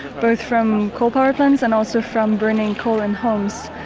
both from coal power plants and also from burning coal in homes,